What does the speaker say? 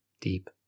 deep